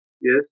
yes